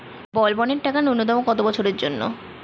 বলবনের টাকা ন্যূনতম কত বছরের জন্য?